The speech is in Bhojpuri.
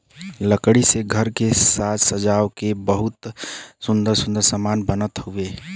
लकड़ी से घर के साज सज्जा के बड़ा सुंदर सुंदर समान बनत हउवे